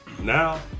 Now